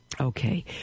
Okay